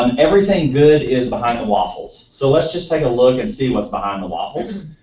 and everything good is behind the waffles. so, let's just take a look and see what's behind the waffles,